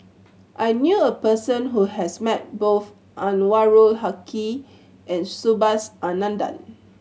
I knew a person who has met both Anwarul Haque and Subhas Anandan